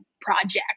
project